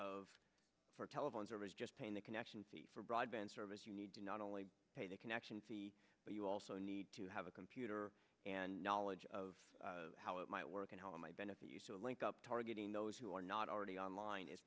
of for telephone service just paying the connection for broadband service you need to not only pay the connection fee but you also need to have a computer and knowledge of how it might work and how it might benefit you to link up targeting those who are not already online is